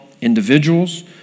individuals